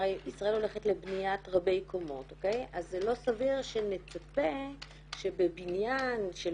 ישראל הולכת לבניית רבי קומות אז זה לא סביר שנצפה שבבניין של